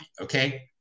okay